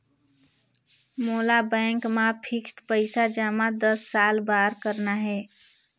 मोला बैंक मा फिक्स्ड पइसा जमा दस साल बार करना हे?